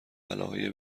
بلاهای